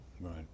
Right